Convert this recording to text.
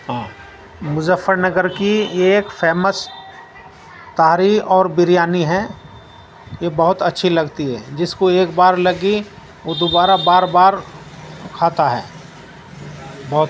ہاں مظفر نگر کی ایک فیمس تاہری اور بریانی ہے یہ بہت اچھی لگتی ہے جس کو ایک بار لگی وہ دوبارہ بار بار کھاتا ہے بہت